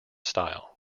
style